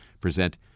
present